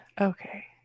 Okay